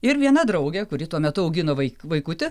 ir viena draugė kuri tuo metu augino vaik vaikuti